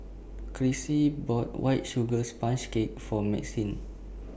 Crissy bought White Sugar Sponge Cake For Maxine